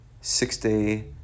six-day